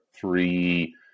three